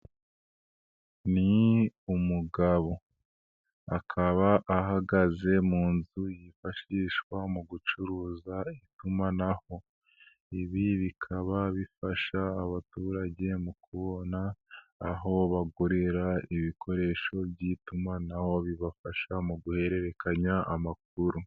Ni umugabo akaba ahagaze mu nzu yifashishwa mu gucuruza itumanaho, ibi bikaba bifasha abaturage mu kubona aho bagurira ibikoresho by'itumanaho bibafasha mu guhererekanya amakuru.